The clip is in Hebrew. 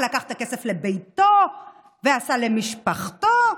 לקח את הכסף לביתו ועשה למשפחתו,